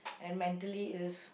and mentally is